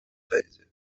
paese